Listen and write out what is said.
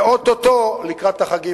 ואו-טו-טו לקראת החגים,